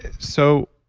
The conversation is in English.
so,